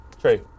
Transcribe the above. True